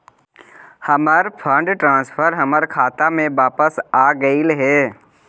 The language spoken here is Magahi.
हमर फंड ट्रांसफर हमर खाता में वापस आगईल हे